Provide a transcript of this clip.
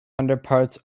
underparts